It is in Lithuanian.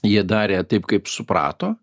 jie darė taip kaip suprato